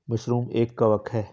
mushroom एक कवक है